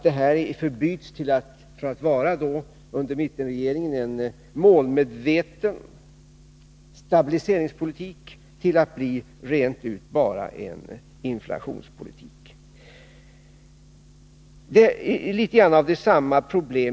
Det finns risk för att mittenregeringens målmedvetna stabiliseringspolitik förbyts i en ren inflationspolitik.